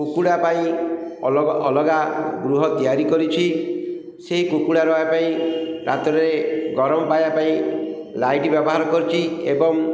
କୁକୁଡ଼ା ପାଇଁ ଅଲଗା ଅଲଗା ଗୃହ ତିଆରି କରିଛି ସେଇ କୁକୁଡ଼ା ରହିବା ପାଇଁ ରାତ୍ରରେ ଗରମ ପାଇବା ପାଇଁ ଲାଇଟ୍ ବ୍ୟବହାର କରିଛି ଏବଂ